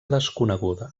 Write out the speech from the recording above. desconeguda